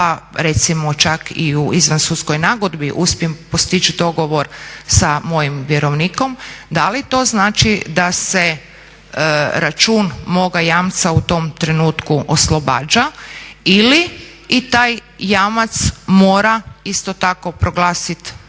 pa recimo čak i u izvansudskoj nagodbi uspijem postići dogovor sa mojim vjerovnikom da li to znači da se račun moga jamca u tom trenutku oslobađa ili i taj jamac mora isto tako proglasiti